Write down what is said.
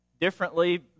differently